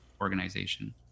organization